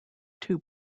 two